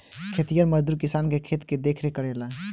खेतिहर मजदूर किसान के खेत के देखरेख करेला